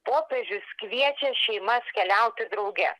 popiežius kviečia šeimas keliauti drauge